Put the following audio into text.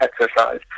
exercise